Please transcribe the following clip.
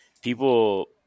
people